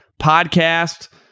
podcast